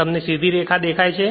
તમને સીધી રેખા દેખાય છે